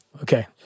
Okay